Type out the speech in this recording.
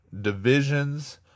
divisions